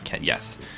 Yes